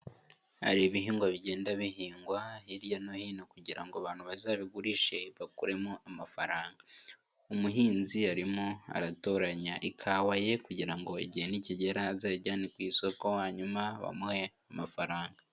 Hari ibihingwa bigenda bihingwa hirya no hino kugira ngo abantu bazabigurishe bakuremo amafaranga. Umuhinzi arimo aratoranya ikawa ye kugira ngo igihe nikigera azayijyane ku isoko, hanyuma bamuhe amafaranga.